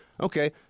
okay